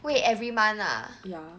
wait every month ah